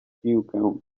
piłkę